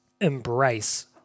embrace